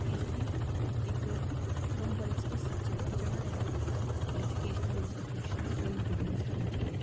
इसी इक्क compulsory subject जेह्ड़ा ऐ ऐजूकेशन इंस्टीट्यूशन उसी इंटरड्यूस करना चाहिदा